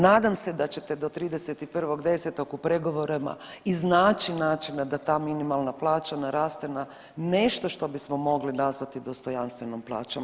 Nadam se da ćete do 31.10. u pregovorima iznaći načina da ta minimalna plaća naraste na nešto što bismo mogli nazvati dostojanstvenom plaćom.